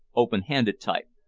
open-handed type,